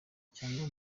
cyangwa